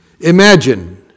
Imagine